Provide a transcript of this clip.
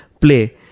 play